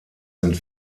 sind